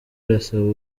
arasaba